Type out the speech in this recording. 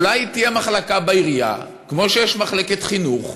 אולי תהיה מחלקה בעירייה, כמו שיש מחלקת חינוך,